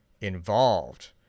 involved